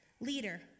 leader